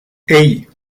hey